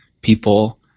people